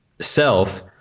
self